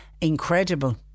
incredible